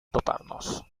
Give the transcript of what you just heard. toparnos